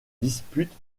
dispute